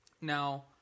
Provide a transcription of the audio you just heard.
Now